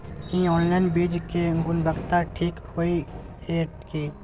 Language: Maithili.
की ऑनलाइन बीज के गुणवत्ता ठीक होय ये की?